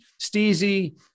Steezy